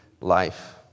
life